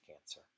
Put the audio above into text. cancer